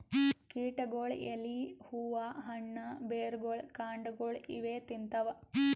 ಕೀಟಗೊಳ್ ಎಲಿ ಹೂವಾ ಹಣ್ಣ್ ಬೆರ್ಗೊಳ್ ಕಾಂಡಾಗೊಳ್ ಇವೇ ತಿಂತವ್